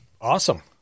awesome